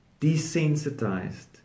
desensitized